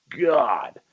God